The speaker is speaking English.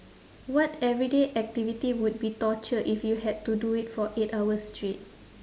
what everyday activity would be torture if you had to do it for eight hours straight